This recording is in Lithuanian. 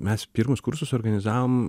mes pirmus kursus organizavom